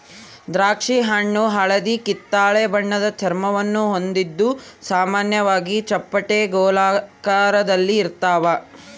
ದ್ರಾಕ್ಷಿಹಣ್ಣು ಹಳದಿಕಿತ್ತಳೆ ಬಣ್ಣದ ಚರ್ಮವನ್ನು ಹೊಂದಿದ್ದು ಸಾಮಾನ್ಯವಾಗಿ ಚಪ್ಪಟೆ ಗೋಳಾಕಾರದಲ್ಲಿರ್ತಾವ